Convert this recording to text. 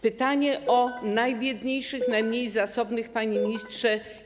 Pytanie o najbiedniejszych, najmniej zasobnych, panie ministrze.